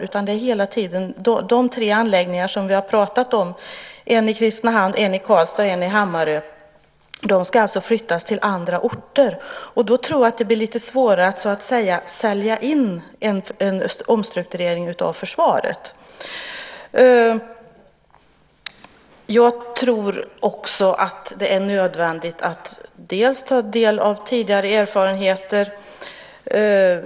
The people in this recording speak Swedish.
Hela tiden har det handlat om att de tre anläggningar vi pratat om - en i Kristinehamn, en i Karlstad och en i Hammarö - ska flyttas till andra orter. Då tror jag att det blir lite svårare att sälja in, så att säga, en omstrukturering av försvaret. Jag tror också att det är nödvändigt att ta del av tidigare erfarenheter.